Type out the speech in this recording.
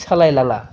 सालाय लाङा